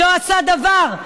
לא עשה שום דבר.